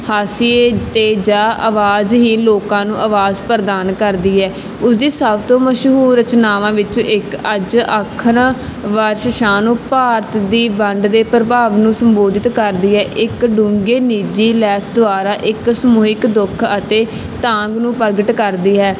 ਹਾਸੀਏ 'ਤੇ ਜਾ ਆਵਾਜ਼ ਹੀ ਲੋਕਾਂ ਨੂੰ ਆਵਾਜ਼ ਪ੍ਰਦਾਨ ਕਰਦੀ ਹੈ ਉਸਦੀ ਸਭ ਤੋਂ ਮਸ਼ਹੂਰ ਰਚਨਾਵਾਂ ਵਿੱਚੋਂ ਇੱਕ ਅੱਜ ਆਖਾਂ ਵਾਰਿਸ ਸ਼ਾਹ ਨੂੰ ਭਾਰਤ ਦੀ ਵੰਡ ਦੇ ਪ੍ਰਭਾਵ ਨੂੰ ਸੰਬੋਧਿਤ ਕਰਦੀ ਹੈ ਇੱਕ ਡੂੰਘੇ ਨਿੱਜੀ ਲੈਸ ਦੁਆਰਾ ਇੱਕ ਸਮੂਹਿਕ ਦੁੱਖ ਅਤੇ ਤਾਂਘ ਨੂੰ ਪ੍ਰਗਟ ਕਰਦੀ ਹੈ